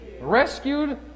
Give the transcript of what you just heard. Rescued